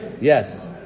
Yes